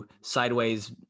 sideways